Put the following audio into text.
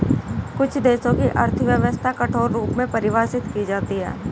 कुछ देशों की अर्थव्यवस्था कठोर रूप में परिभाषित की जाती हैं